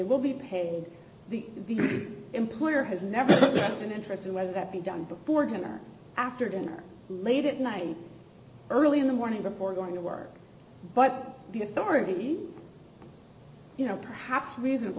will be paid the employer has never been interested whether that be done before dinner after dinner late at night early in the morning before going to work but the authority you know perhaps reasonabl